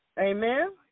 Amen